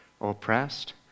oppressed